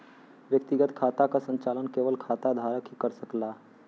व्यक्तिगत खाता क संचालन केवल खाता धारक ही कर सकला